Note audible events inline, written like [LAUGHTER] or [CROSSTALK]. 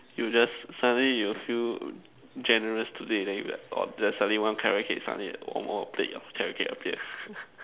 you just suddenly you feel generous today then you like !wah! then suddenly one carrot cake suddenly one more plate of carrot cake appeared [LAUGHS]